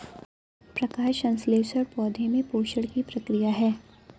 प्रकाश संश्लेषण पौधे में पोषण की प्रक्रिया है